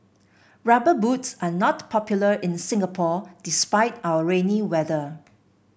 rubber boots are not popular in Singapore despite our rainy weather